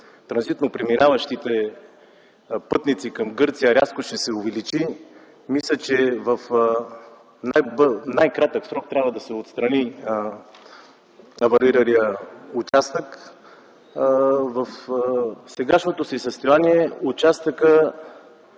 транзитно преминаващите пътници към Гърция рязко ще се увеличи, мисля, че в най-кратък срок трябва да се отстрани авариралият участък. В сегашното си състояние той